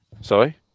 Sorry